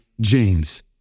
James